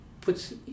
puts